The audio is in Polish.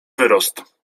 wyrost